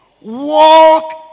walk